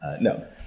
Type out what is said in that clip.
No